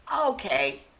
Okay